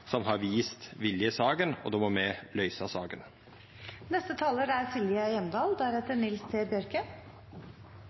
som har vist vilje i saka, og då må me løysa